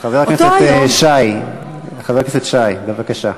חבר הכנסת שי, בבקשה.